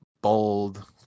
Bold